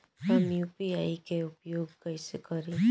हम यू.पी.आई के उपयोग कइसे करी?